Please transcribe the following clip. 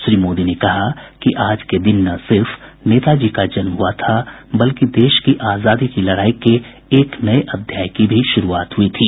श्री मोदी ने कहा कि आज के दिन न सिर्फ नेताजी का जन्म हुआ था बल्कि देश की आजादी की लड़ाई के एक नये अध्याय की भी शुरूआत हुई थी